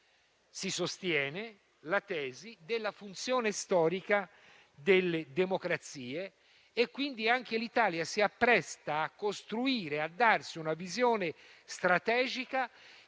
Si sostiene la tesi della funzione storica delle democrazie e, quindi, anche l'Italia si appresta a costruire e a darsi una visione strategica,